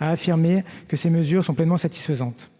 à affirmer que ces mesures sont pleinement satisfaisantes.